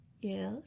Yes